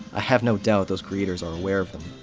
i have no doubt those creators are aware of them,